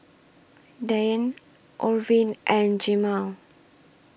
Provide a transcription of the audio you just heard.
Deanne Orvin and Jemal